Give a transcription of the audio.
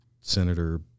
Senator